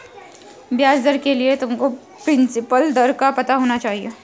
ब्याज दर के लिए तुमको प्रिंसिपल दर का पता होना चाहिए